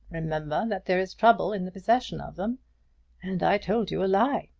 remember that there is trouble in the possession of them and i told you a lie!